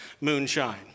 moonshine